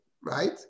right